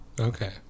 Okay